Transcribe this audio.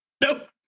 nope